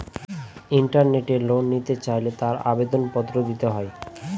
ইন্টারনেটে লোন নিতে চাইলে তার আবেদন পত্র দিতে হয়